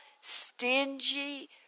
stingy